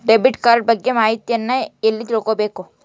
Debit card ಬಗ್ಗೆ ಮಾಹಿತಿಯನ್ನ ಎಲ್ಲಿ ತಿಳ್ಕೊಬೇಕು?